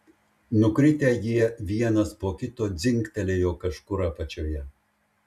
nukritę jie vienas po kito dzingtelėjo kažkur apačioje